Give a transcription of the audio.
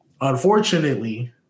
unfortunately